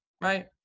Right